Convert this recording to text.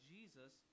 Jesus